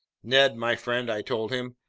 ned my friend, i told him,